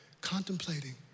contemplating